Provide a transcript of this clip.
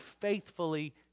faithfully